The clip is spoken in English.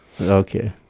Okay